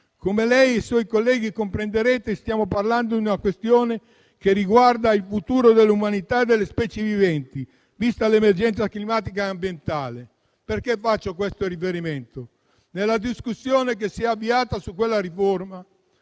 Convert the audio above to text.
Come lei e i suoi colleghi comprenderete, stiamo parlando di una questione che riguarda il futuro dell'umanità e delle specie viventi, vista l'emergenza climatica e ambientale. Faccio questo riferimento perché, nella discussione che si è avviata su quella riforma